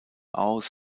aus